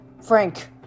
Frank